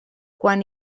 quan